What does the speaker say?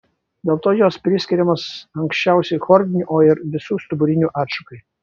dėl to jos priskiriamos anksčiausiai chordinių o ir visų stuburinių atšakai